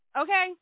Okay